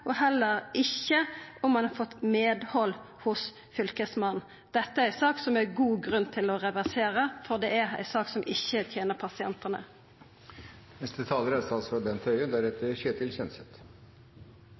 og heller ikke om man har fått medhold hos Fylkesmannen.» Dette er ei sak som det er god grunn til å reversera, for det er ei sak som